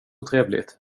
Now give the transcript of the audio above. trevligt